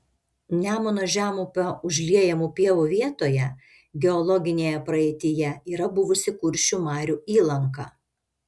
nemuno žemupio užliejamų pievų vietoje geologinėje praeityje yra buvusi kuršių marių įlanka